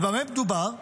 ובמה מדובר?